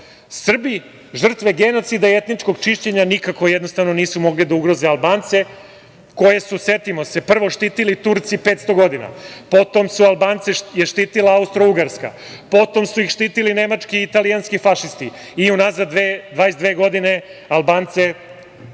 Srbi, žrtve genocida i etničkog čišćenja, nikako nisu mogli da ugroze Albance, koje su, setimo se, prvo štitili Turci 500 godina, potom je Albance štitila Austrougarska, potom su ih štitili nemački i italijanski fašisti i unazad 22 godine Albance